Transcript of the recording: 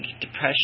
depression